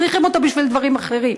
צריכים אותו בשביל דברים אחרים.